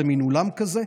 זה מין אולם כזה,